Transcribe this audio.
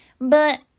But